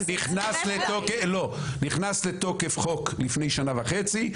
נכנס, לא, נכנס לתוקף חוק לפני שנה וחצי.